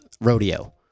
rodeo